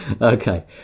Okay